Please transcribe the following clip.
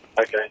Okay